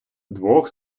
двох